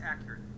accurate